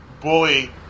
Bully